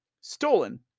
Stolen